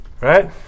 Right